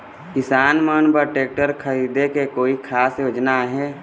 किसान मन बर ट्रैक्टर खरीदे के कोई खास योजना आहे?